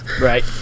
right